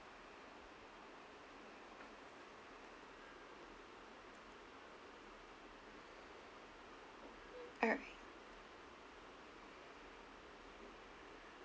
alright